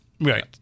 Right